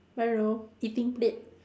I don't know eating plate